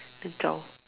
then zao